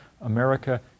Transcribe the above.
America